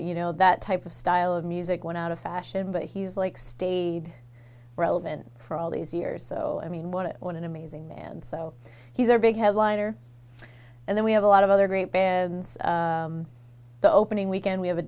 you know that type of style of music went out of fashion but he's like stayed relevant for all these years so i mean want to own an amazing man so he's our big headliner and then we have a lot of other great bands the opening weekend we have a